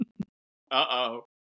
Uh-oh